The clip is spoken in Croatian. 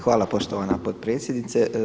Hvala poštovana potpredsjednice.